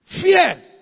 fear